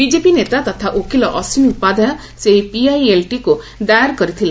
BJP ନେତା ତଥା ଓକିଲ ଅଶ୍ୱିନୀ ଉପାଧ୍ୟାୟ ସେହି ପିଆଇଏଲ୍ଟିକୁ ଦାଏର କରିଥିଲେ